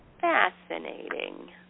Fascinating